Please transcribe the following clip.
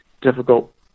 difficult